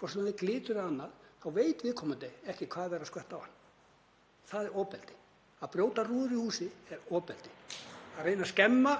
hvort sem það er glimmer eða annað, veit viðkomandi ekki hverju verið er að skvetta á hann. Það er ofbeldi. Að brjóta rúður í húsi er ofbeldi. Að reyna að skemma